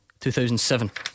2007